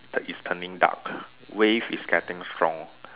is turning dark wave is getting strong